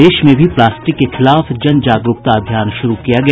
प्रदेश में भी प्लास्टिक के खिलाफ जन जागरूकता अभियान श्रू किया गया